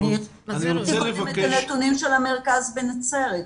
אני מזכירה את הנתונים של המרכז בנצרת.